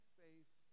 face